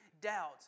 doubt